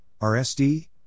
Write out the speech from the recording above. RSD